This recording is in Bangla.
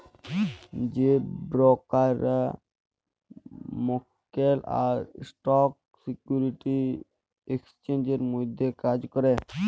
যে ব্রকাররা মক্কেল আর স্টক সিকিউরিটি এক্সচেঞ্জের মধ্যে কাজ ক্যরে